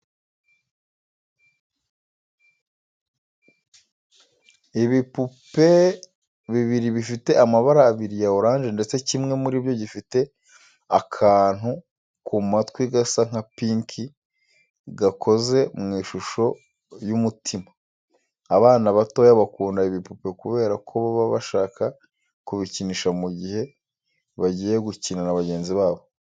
Ibipupe bibiri bifite amabara abiri ya oranje ndetse kimwe muri byo gifite akantu ku matwi gasa nka pinki gakoze mu ishusho y'umutima. Abana batoya bakunda ibipupe kubera ko baba bashaka kubikinisha mu gihe bagiye gukina na bagenzi babo.